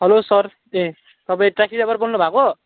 hello sir ए तपाईँ taxi driver बोल्नुभएको